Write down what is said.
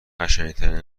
قشنگترین